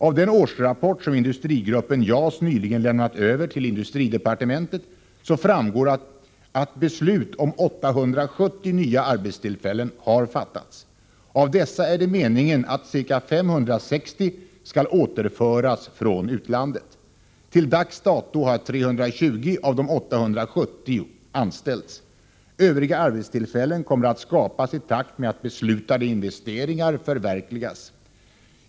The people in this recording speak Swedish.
Av den årsrapport som Industrigruppen JAS nyligen lämnat över till industridepartementet framgår att beslut om 870 nya arbetstillfällen har fattats. Av dessa är det meningen att ca 560 skall återföras från utlandet. Till dags dato har 320 av de 870 anställts. Övriga arbetstillfällen kommer att skapas i takt med att beslutade investeringar förverkligas.